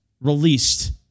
released